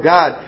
God